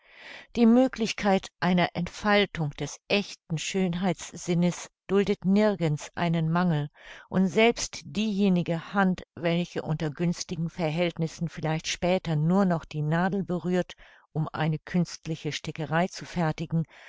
die möglichkeit einer entfaltung des echten schönheitssinnes duldet nirgends einen mangel und selbst diejenige hand welche unter günstigen verhältnissen vielleicht später nur noch die nadel berührt um eine künstliche stickerei zu fertigen